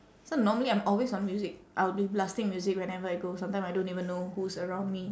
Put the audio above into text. so normally I'm always on music I'll be blasting music whenever I go sometime I don't even know who's around me